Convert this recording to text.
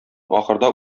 ахырда